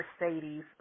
Mercedes